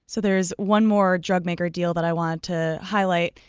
so there is one more drug maker deal that i want to highlight,